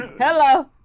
Hello